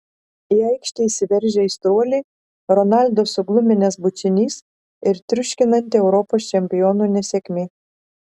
į aikštę įsiveržę aistruoliai ronaldo sugluminęs bučinys ir triuškinanti europos čempionų nesėkmė